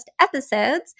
episodes